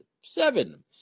Seven